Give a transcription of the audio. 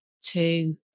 two